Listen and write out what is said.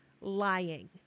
lying